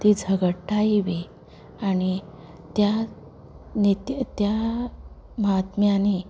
तेय झगडटाय बी आनी त्या नित त्या महात्म्यांनीं